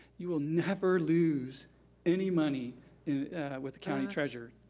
you will never lose any money with the county treasurer.